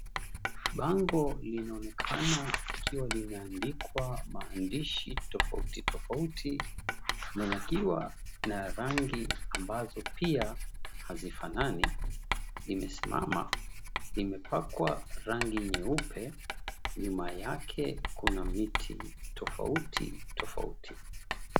Bango linaonekana likiwa limeandikwa maandishi tofauti tofauti na likiwa na rangi ambazo pia hazifanani, limesimama, limepakwa rangi nyeupe, nyuma yake kuna miti tofauti tofauti.